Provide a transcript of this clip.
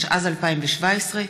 התשע"ז 2017,